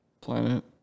Planet